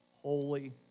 holy